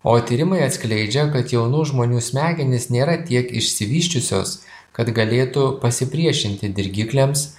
o tyrimai atskleidžia kad jaunų žmonių smegenys nėra tiek išsivysčiusios kad galėtų pasipriešinti dirgikliams